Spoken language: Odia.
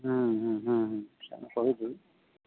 ହୁଁହୁଁହୁଁ କହିବି